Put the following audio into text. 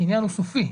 הקניין הוא סופי,